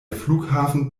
flughafen